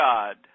God